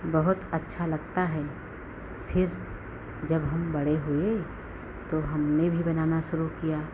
बहुत अच्छा लगता है फ़िर जब हम बड़े हुए तो हमने भी बनाना शुरू किया